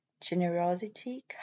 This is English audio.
generosity